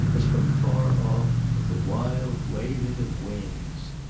as from far off, of the wild waving of wings.